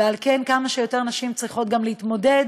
ועל כן כמה שיותר נשים צריכות גם להתמודד